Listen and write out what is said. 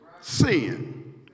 Sin